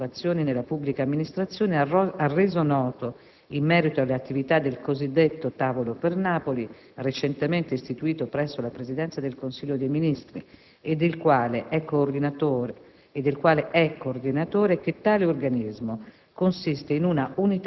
area 4, organizzativa e amministrativa. Il Dipartimento per le riforme e le innovazioni nella pubblica amministrazione ha reso noto, in merito alle attività del cosiddetto "Tavolo per Napoli" recentemente istituito presso la Presidenza del Consiglio dei Ministri e del quale è coordinatore,